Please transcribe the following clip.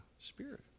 Spirit